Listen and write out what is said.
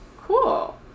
Cool